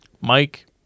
Mike